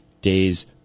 days